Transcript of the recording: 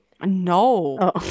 No